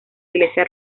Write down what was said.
iglesia